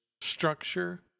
structure